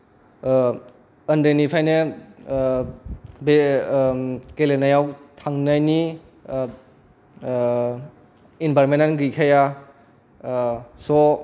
ओनदैनिफ्रायनो बे गेलेनायाव थांनायनि इनभारमेन्ट आनो गैखाया स'